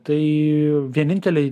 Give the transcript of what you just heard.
tai vieninteliai